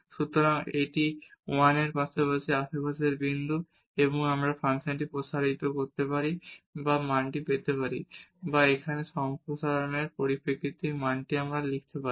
সুতরাং এটি এই 1 এর আশেপাশের বিন্দু এবং আমরা এই ফাংশনটি প্রসারিত করতে পারি বা এই মানটি পেতে পারি বা এখানে এই সম্প্রসারণের পরিপ্রেক্ষিতে এই মানটি লিখতে পারি